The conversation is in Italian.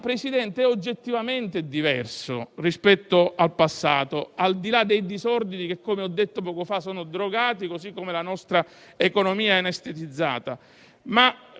Presidente, è oggettivamente diverso rispetto a quello del passato. Al di là dei disordini che - come ho detto poco fa - sono drogati, così come la nostra economia è anestetizzata,